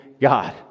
God